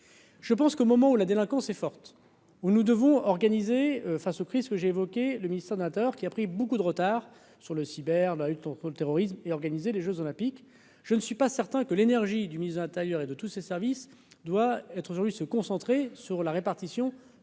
Je pense qu'au moment où la délinquance est forte, où nous devons organiser face aux crises que j'ai évoqué le ministère donateurs qui a pris beaucoup de retard sur le cyber n'a eu ton le terrorisme et organiser les Jeux olympiques, je ne suis pas certain que l'énergie du ministre de l'intérieur et de tous ces services doit être aujourd'hui se concentrer sur la répartition,